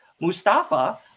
Mustafa